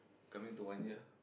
coming to one year